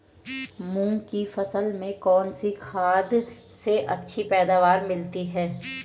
मूंग की फसल में कौनसी खाद से अच्छी पैदावार मिलती है?